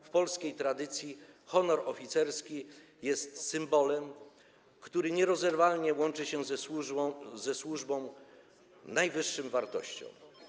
W polskiej tradycji honor oficerski jest symbolem, który nierozerwalnie łączy się ze służbą najwyższym wartościom.